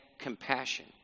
compassion